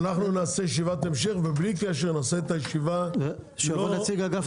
אנחנו נעשה ישיבת המשך ובלי קשר נעשה את הישיבה --- שיבוא נציג אגף